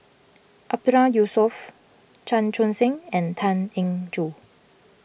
Mahmood Yusof Chan Chun Sing and Tan Eng Joo